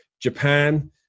Japan